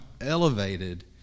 elevated